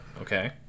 Okay